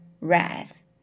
wrath